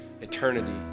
eternity